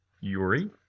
Yuri